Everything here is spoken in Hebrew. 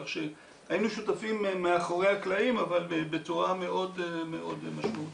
כך שהיינו שותפים מאחורי הקלעים אבל בצורה מאוד משמעותית.